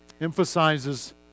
emphasizes